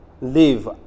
live